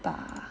mah